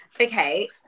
okay